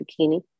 bikini